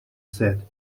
said